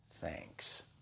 thanks